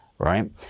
Right